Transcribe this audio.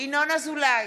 ינון אזולאי,